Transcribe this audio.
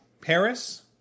Paris